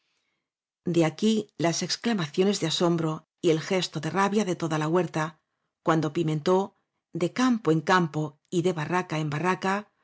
de aquí las exclamaciones de asombro y el gesto de rabia de toda la huerta cuando pimentó de campo en campo y de barraca en barraca